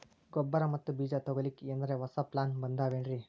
ಗೊಬ್ಬರ ಮತ್ತ ಬೀಜ ತೊಗೊಲಿಕ್ಕ ಎನರೆ ಹೊಸಾ ಪ್ಲಾನ ಬಂದಾವೆನ್ರಿ?